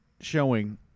showing